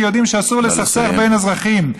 כי יודעים שאסור לסכסך בין אזרחים.